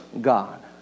God